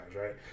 right